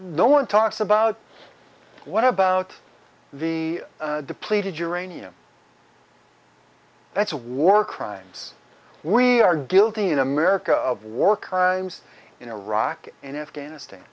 no one talks about what about the depleted uranium that's a war crimes we are guilty in america of war crimes in iraq and afghanistan